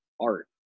art